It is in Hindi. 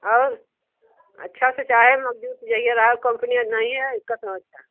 और अच्छा से चाहे मज़बूत रहिएगा और कंपनियाँ नहीं है उसकी थोड़ी अच्छी